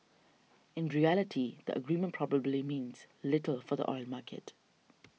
in reality the agreement probably means little for the oil market